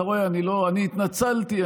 אתה רואה, אני התנצלתי.